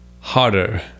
harder